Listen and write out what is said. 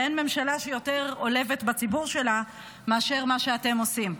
ואין ממשלה שיותר עולבת בציבור שלה מאשר מה שאתם עושים.